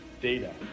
data